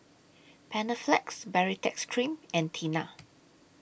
Panaflex Baritex Cream and Tena